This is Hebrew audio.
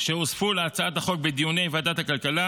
שהוספו להצעת החוק בדיוני ועדת הכלכלה